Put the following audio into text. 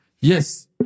yes